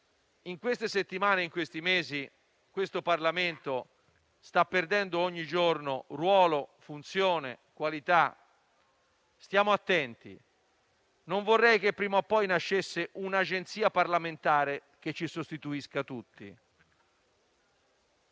in queste settimane, in questi mesi, il Parlamento sta perdendo ogni giorno ruolo, funzione, qualità. Stiamo attenti: non vorrei che prima o poi nascesse un'agenzia parlamentare che ci sostituisse tutti.